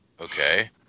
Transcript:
Okay